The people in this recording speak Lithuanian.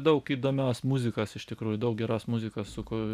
daug įdomios muzikos iš tikrųjų daug geros muzikos suku